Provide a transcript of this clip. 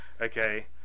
okay